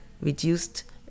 reduced